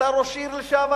אתה ראש עיר לשעבר,